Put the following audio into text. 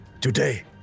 Today